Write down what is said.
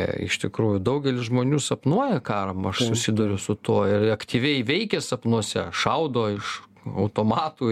iš tikrųjų daugelis žmonių sapnuoja karą aš susiduriu su tuo ir aktyviai veikia sapnuose šaudo iš automatų